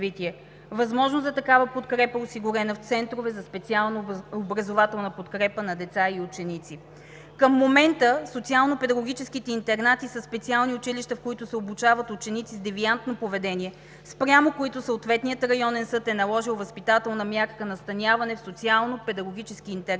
Възможност за такава подкрепа е осигурена в центрове за специална образователна подкрепа на деца и ученици. Към момента социално-педагогическите интернати са специални училища, в които се обучават ученици с девиантно поведение, спрямо които съответният районен съд е наложил възпитателна мярка „настаняване в социално-педагогически интернати“.